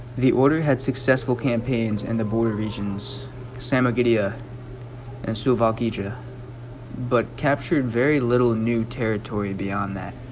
the order had successful campaigns and the border regions sama gaya and slovakia but captured very little new territory beyond that